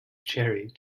jerry